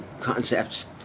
concepts